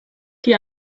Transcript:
die